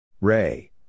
Ray